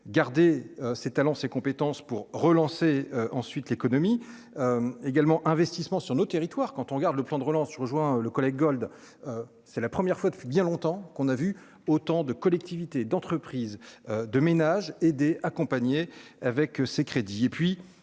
garder ses talents, ses compétences pour relancer ensuite l'économie également investissement sur nos territoires, quand on regarde le plan de relance rejoint le collègue Gold, c'est la première fois depuis bien longtemps qu'on a vu autant de collectivités d'entreprises de ménages aidés, accompagnés avec ses crédits